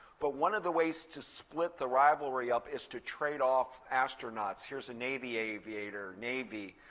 but one of the ways to split the rivalry up is to trade off astronauts. here's a navy aviator. navy.